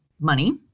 money